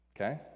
okay